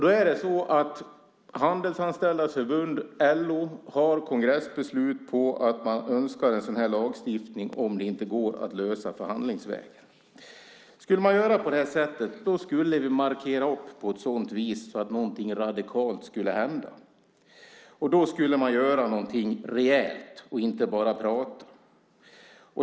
Då är det så att Handelsanställdas förbund, LO, har kongressbeslut på att man önskar en sådan här lagstiftning om det inte går att lösa förhandlingsvägen. Skulle man göra på det här sättet så skulle man markera detta på ett sådant sätt att någonting radikalt skulle hända. Då skulle man göra någonting rejält och inte bara prata.